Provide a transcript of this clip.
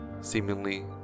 seemingly